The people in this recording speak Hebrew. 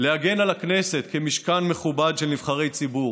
להגן על הכנסת כמשכן מכובד של נבחרי ציבור,